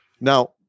now